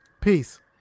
Peace